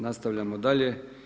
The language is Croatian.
Nastavljamo dalje.